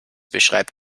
beschreibt